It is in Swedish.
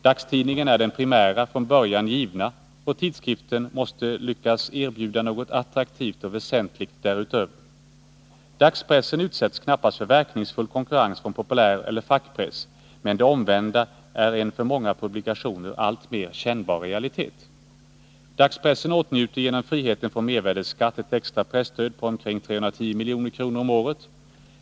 Dagstidningen är den primära, från början givna, och tidskriften måste lyckas erbjuda något attraktivt och väsentligt därutöver. Dagspressen utsätts knappast för verkningsfull konkurrens från populäreller fackpress, men det omvända är en för många publikationer alltmer kännbar realitet. Dagspressen åtnjuter genom friheten från mervärdeskatt ett extra presstöd på omkring 310 milj.kr. om året.